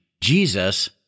Jesus